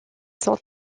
sont